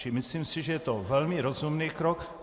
Čili myslím si, že je to velmi rozumný krok.